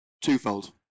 twofold